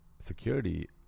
Security